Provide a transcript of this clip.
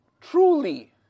truly